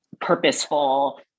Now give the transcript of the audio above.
purposeful